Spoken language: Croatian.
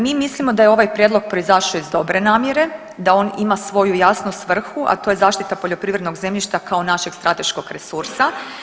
Mi mislimo da je ovaj prijedlog proizašao iz dobre namjere, da on ima svoju jasno svrhu, a to je zaštita poljoprivrednog zemljišta kao našeg strateškog resursa.